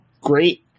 great